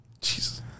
Jesus